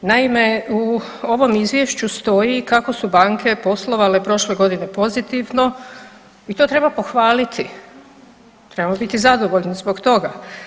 Naime, u ovom Izvješću stoji kako su banke poslovale prošle godine pozitivno i to treba pohvaliti, trebamo biti zadovoljni zbog toga.